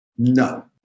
No